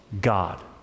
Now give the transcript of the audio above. God